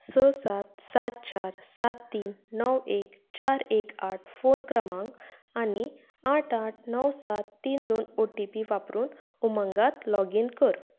स सात सात चार सात तीन णव एक चार एक आठ फोन क्रमांक आनी आठ आठ णव सात तीन दोन ओ टी पी वापरून उमंगात लॉगीन कर